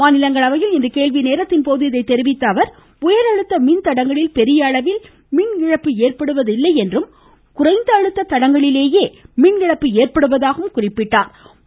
மாநிலங்களவையில் இன்று கேள்விநேரத்தின் போது இதை தெரிவித்த அவர் உயர்அழுத்த மின்தடங்களில் பெரிய அளவில் மின் இழப்பு ஏற்படுவதில்லை என்றும் குறைந்த அழுத்த தடங்களிலேயே மின் இழப்பு ஏற்படுவதாகவும் குறிப்பிட்டார்